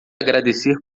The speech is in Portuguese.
agradecer